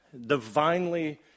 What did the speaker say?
Divinely